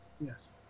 Yes